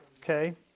Okay